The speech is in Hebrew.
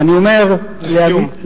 ואני אומר, לסיום.